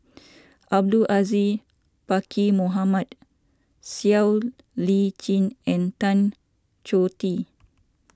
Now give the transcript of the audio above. Abdul Aziz Pakkeer Mohamed Siow Lee Chin and Tan Choh Tee